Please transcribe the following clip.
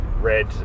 red